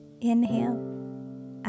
inhale